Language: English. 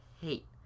hate